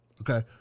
Okay